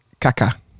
Kaka